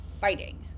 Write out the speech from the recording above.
fighting